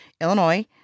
Illinois